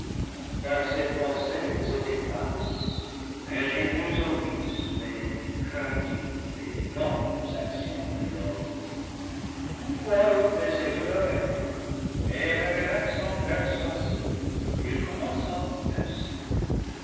car ses pensées étaient basses ingénieux aux vices mais craintif et lent aux actions plus nobles toutefois il plaisait à l'oreille et avec un accent persuasif il commença ainsi